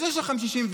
אז יש לכם 64,